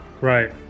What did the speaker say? Right